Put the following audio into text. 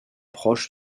proche